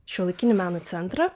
šiuolaikinio meno centrą